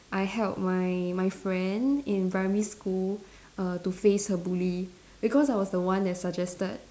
I help my my friend in primary school err to face her bully because I was the one that suggested